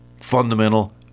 fundamental